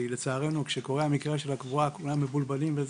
לצערנו, כשקורה המקרה של הקבורה, כולם מבולבלים.